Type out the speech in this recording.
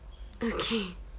okay